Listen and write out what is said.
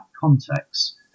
context